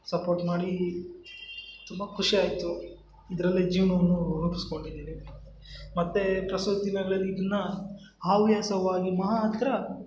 support ಮಾಡೀ ತುಂಬ ಖುಷಿ ಆಯಿತು ಇದರಲ್ಲೆ ಜೀವನವನ್ನೂ ರೂಪಿಸ್ಕೊಂಡಿದೀನಿ ಮತ್ತೆ ಪ್ರಸ್ತುತ ದಿನಗಳಲ್ಲಿ ಇನ್ನೂ ಹವ್ಯಾಸವಾಗಿ ಮಾತ್ರ